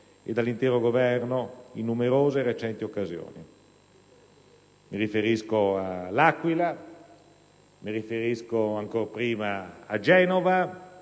e dall'intero Governo in numerose e recenti occasioni. Mi riferisco all'Aquila, ancora prima a Genova,